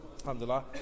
Alhamdulillah